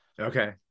Okay